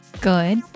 good